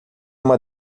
uma